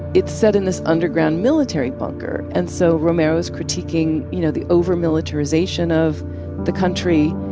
it's set in this underground military bunker and so romero is critiquing you know the over militarization of the country.